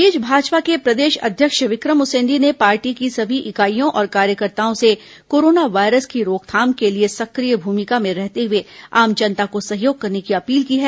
इस बीच भाजपा के प्रदेश अध्यक्ष विक्रम उसेंडी ने पार्टी की सभी इकाईयों और कार्यकर्ताओं से कोरोना वायरस की रोकथाम के लिए सक्रिय भूमिका में रहते हुए आम जनता को सहयोग करने की अपील की है